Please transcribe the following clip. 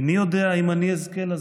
איני יודע אם אני אזכה לזאת,